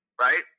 right